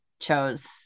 chose